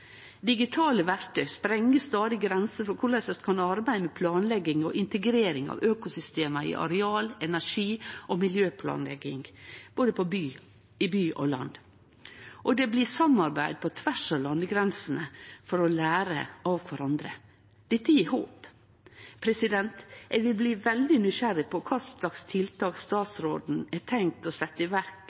Digitale verktøy sprengjer stadig grenser for korleis vi kan arbeide med planlegging og integrering av økosystema i areal-, energi- og miljøplanlegging, både i byen og på landet, og det blir samarbeidd på tvers av landegrensene for å lære av kvarandre. Dette gjev håp. Eg er veldig nysgjerrig på kva for tiltak statsråden har tenkt å setje i verk